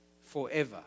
forever